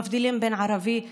מבדילים בין ערבי ליהודי.